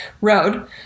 road